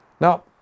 Now